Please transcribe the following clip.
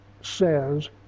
says